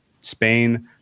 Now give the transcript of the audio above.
Spain